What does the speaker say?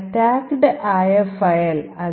attacked ആയ file TUT2